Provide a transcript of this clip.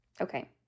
Okay